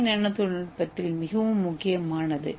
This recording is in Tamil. ஏ நானோ தொழில்நுட்பத்தில் மிகவும் முக்கியமானது